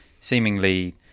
seemingly